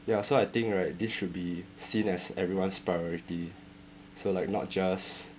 ya so I think right this should be seen as everyone's priority so like not just